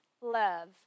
love